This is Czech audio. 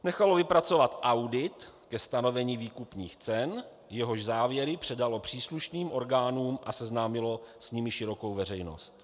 Nechalo vypracoval audit ke stanovení výkupních cen, jehož závěry předalo příslušným orgánům a seznámilo s nimi širokou veřejnost.